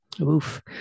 Oof